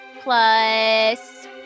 plus